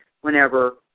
whenever